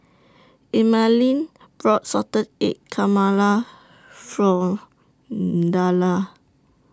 Emaline brought Salted Egg For Dalia